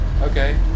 Okay